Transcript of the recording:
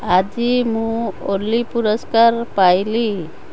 ଆଜି ମୁଁ ଓଲି ପୁରସ୍କାର ପାଇଲି